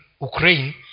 Ukraine